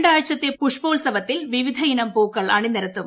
ഒരാഴ്ചത്തെ പുഷ്പോത്സവത്തിൽ വിവിധയിനം പൂക്കൾ അണിനിരത്തും